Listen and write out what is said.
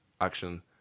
action